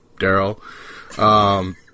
Daryl